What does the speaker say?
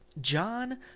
John